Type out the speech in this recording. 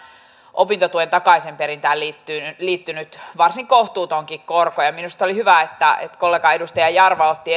opintotuen takaisinperintään liittynyt varsin kohtuutonkin korko minusta oli hyvä että kollega edustaja jarva otti